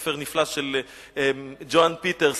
ספר נפלא של ג'ואן פיטרס,